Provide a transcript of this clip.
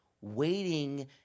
waiting